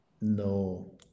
No